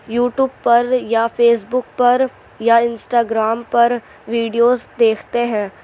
you tube پر یا Facebook پر یا انسٹا گرام پر ویڈیوز دیکھتے ہیں